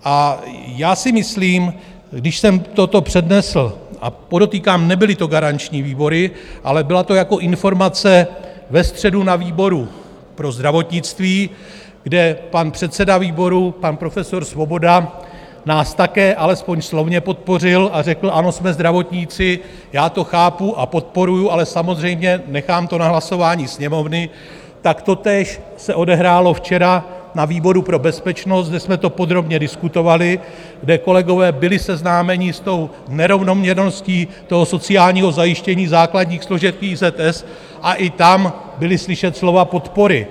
A já si myslím, když jsem toto přednesl, a podotýkám, nebyly to garanční výbory, ale byla to jako informace ve středu na výboru pro zdravotnictví, kde pan předseda výboru profesor Svoboda nás také alespoň slovně podpořil a řekl: Ano, jsme zdravotníci, já to chápu a podporuji, ale samozřejmě to nechám na hlasování Sněmovny, tak totéž se odehrálo včera na výboru pro bezpečnost, kde jsme to podrobně diskutovali, kde kolegové byli seznámeni s nerovnoměrností sociálního zajištění základních složek IZS, a i tam byla slyšet slova podpory.